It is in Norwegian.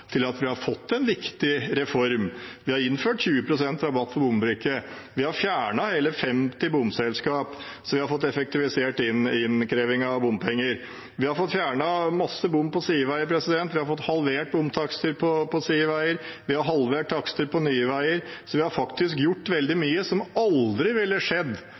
til at vi har fått en viktig reform. Vi har innført 20 pst. rabatt for bombrikke, vi har fjernet hele 50 bomselskap, vi har fått effektivisert innkreving av bompenger, vi har fått fjernet mange bommer på sideveier, vi har fått halvert bomtakster på sideveier, og vi har halvert takster på nye veier. Vi har gjort veldig mye som aldri ville skjedd,